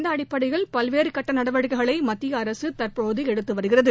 இந்த அடிப்படையில் பல்வேறு கட்ட நடவடிக்கைகளை மத்திய அரசு தற்போது எடுத்துவருகிறது